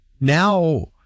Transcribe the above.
now